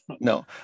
no